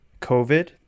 COVID